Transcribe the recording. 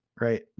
right